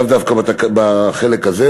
דווקא בחלק הזה,